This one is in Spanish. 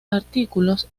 artículos